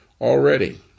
already